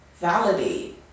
validate